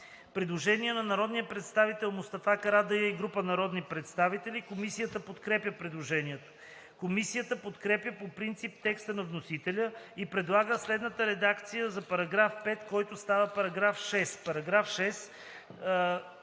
Предложение на народния представител Мустафа Карадайъ и група народни представители. Комисията подкрепя предложението. Комисията подкрепя по принцип текста на вносителя и предлага следната редакция за § 5, който става § 6: „§ 6.